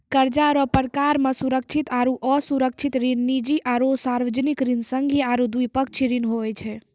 कर्जा रो परकार मे सुरक्षित आरो असुरक्षित ऋण, निजी आरो सार्बजनिक ऋण, संघीय आरू द्विपक्षीय ऋण हुवै छै